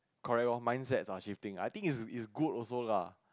correct lor mindset are shifting I think is is good also lah